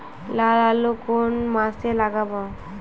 লাল আলু কোন মাসে লাগাব?